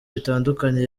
bitandukanye